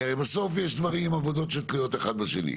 כי הרי בסוף יש דברים, עבודות שתלויות אחת בשנייה.